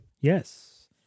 Yes